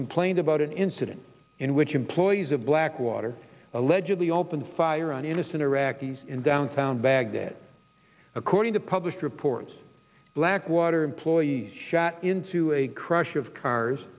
complained about an incident in which employees of blackwater allegedly opened fire on innocent iraqis in downtown baghdad according to published reports blackwater employees shot into a crush of cars